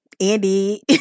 andy